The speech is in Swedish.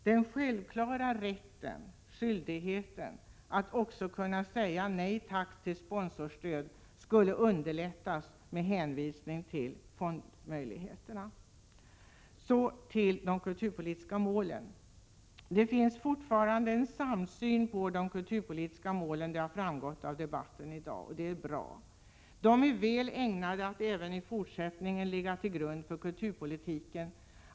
Den självklara rätten och skyldigheten att också kunna säga nej tack till sponsorstöd skulle underlättas med en hänvisning till fondmöjligheterna. Så till de kulturpolitiska målen. Det finns fortfarande en samsyn på de kulturpolitiska målen — det har framgått av debatten i dag, och det är bra. De är väl ägnade att även i fortsättningen ligga till grund för kulturpolitiken.